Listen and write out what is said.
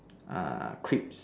ah creeps